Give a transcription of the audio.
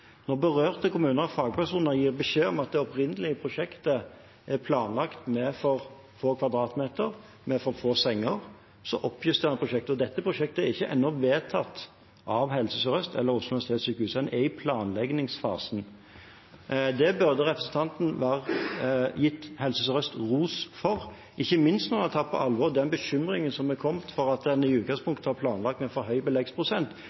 Når berørte kommuner og fagpersoner gir beskjed om at det opprinnelige prosjektet er planlagt med for få kvadratmeter, med for få senger, oppjusterer en prosjektet. Dette prosjektet er ennå ikke vedtatt av Helse Sør-Øst eller Oslo universitetssykehus. En er i planleggingsfasen. Det burde representanten gitt Helse Sør-Øst ros for, ikke minst når en har tatt på alvor den bekymringen som er kommet for at en i utgangspunktet har planlagt med for høy beleggsprosent,